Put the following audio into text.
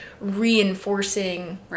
reinforcing